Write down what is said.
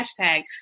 hashtag